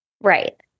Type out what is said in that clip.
Right